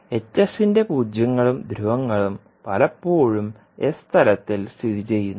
• ന്റെ പൂജ്യങ്ങളും ധ്രുവങ്ങളും പലപ്പോഴും s തലത്തിൽ സ്ഥിതിചെയ്യുന്നു